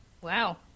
wow